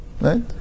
right